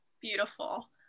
Beautiful